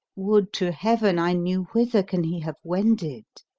would to heaven i knew whither can he have wended!